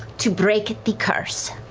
to break the curse,